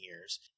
years